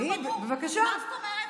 מה זאת אומרת?